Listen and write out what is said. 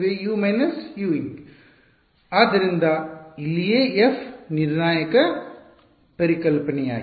U - Uinc ಆದ್ದರಿಂದ ಇಲ್ಲಿಯೇ f ನಿರ್ಣಾಯಕ ಪರಿಕಲ್ಪನೆಯಾಗಿದೆ